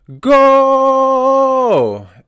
go